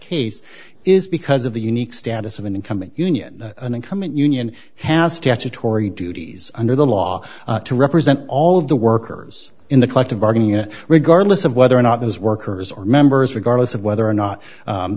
case is because of the unique status of an incoming union an incumbent union has statutory duties under the law to represent all of the workers in the collective bargaining regardless of whether or not those workers are members regardless of whether or not